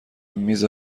میز